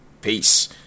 Peace